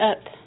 up